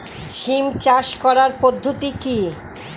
সিম চাষ করার পদ্ধতি কী?